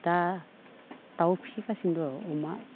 दा दाउ फिगासिनो र' अमा